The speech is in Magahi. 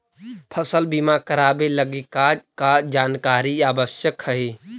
फसल बीमा करावे लगी का का जानकारी आवश्यक हइ?